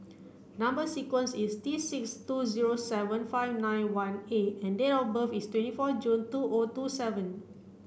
number sequence is T six two zero seven five nine one A and date of birth is twenty four June two O two seven